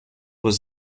was